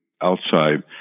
outside